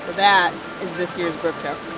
that is this year's brook trout.